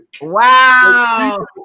wow